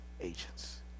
agents